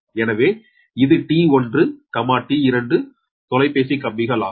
எனவே இது T1 T2 தொலைபேசி கம்பிகள் ஆகும்